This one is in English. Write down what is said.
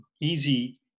easy